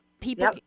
people